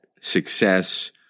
success